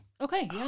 okay